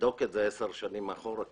תבדוק את זה עשר שנים אחורה.